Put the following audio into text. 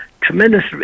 tremendous